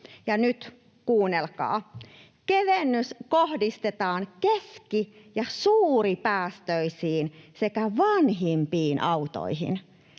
nyt, kuunnelkaa — kevennys kohdistetaan keski‑ ja suuripäästöisiin sekä vanhimpiin autoihin.